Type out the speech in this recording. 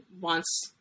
wants